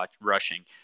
rushing